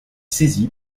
saisi